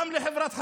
גם לחברת החשמל,